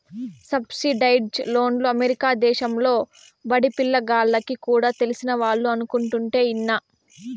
subsidised లోన్లు America దేశంలో బడిపిల్ల గాల్లకి కూడా తెలిసినవాళ్లు అనుకుంటుంటే ఇన్నా